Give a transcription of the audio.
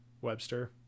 Webster